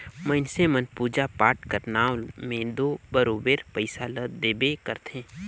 मइनसे मन पूजा पाठ कर नांव में दो बरोबेर पइसा ल देबे करथे